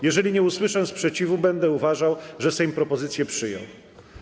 Jeżeli nie usłyszę sprzeciwu, będę uważał, że Sejm propozycje przyjął.